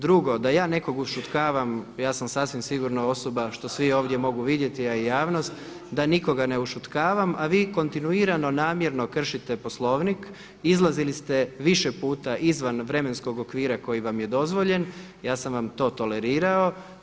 Drugo, da ja nekog ušutkavam, ja sam sasvim sigurno osoba, što svi ovdje mogu vidjeti a i javnost da nikoga ne ušutkavam, a vi kontinuirano, namjerno kršite Poslovnik, izlazili ste više puta izvan vremenskog okvira koji vam je dozvoljen, ja sam vam to tolerirao.